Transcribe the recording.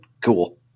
cool